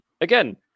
Again